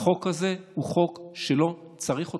החוק הזה הוא חוק שלא צריך אותו.